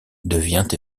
devient